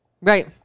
Right